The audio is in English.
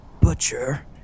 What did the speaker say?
butcher